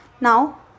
Now